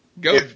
go